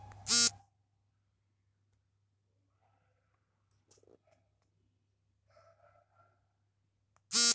Canara bank ಅಲ್ಲಿ car loan ಕೊಡಲಾಗುತ್ತದೆ ಅಂತ ಸುನಿತಾ ಹೇಳಿದ್ಲು